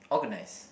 organize